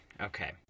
Okay